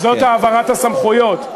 זאת העברת הסמכויות.